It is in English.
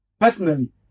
Personally